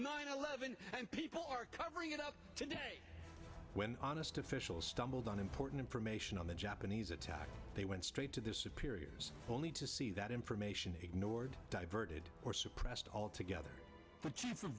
nine eleven and people are covering it up today when honest officials stumbled on important information on the japanese attack they went straight to their superiors only to see that information ignored diverted or suppressed altogether the chief of